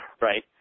right